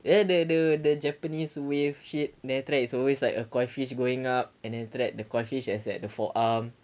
ya the the the japanese wave shit then after that it's always like a koi fish going up and then after that the koi fish is at the forearm